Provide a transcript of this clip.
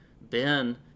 Ben